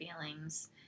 feelings